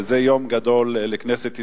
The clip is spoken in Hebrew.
וזה יום גדול לכנסת ישראל.